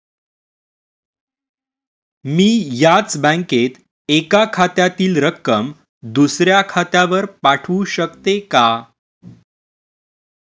मी याच बँकेत एका खात्यातील रक्कम दुसऱ्या खात्यावर पाठवू शकते का?